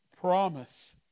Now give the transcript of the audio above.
promise